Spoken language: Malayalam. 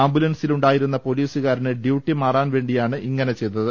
ആംബുലൻസിലുണ്ടായിരുന്ന പൊലീസുകാരന് ഡ്യൂട്ടി മാറാൻ വേണ്ടിയാണ് ഇങ്ങനെ ചെയ്തത്